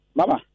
Mama